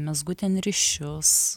mezgu ten ryšius